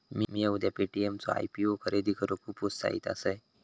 मिया उद्या पे.टी.एम चो आय.पी.ओ खरेदी करूक खुप उत्साहित असय